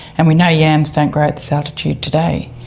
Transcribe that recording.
and we know yams don't grow at this altitude today,